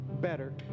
better